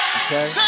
okay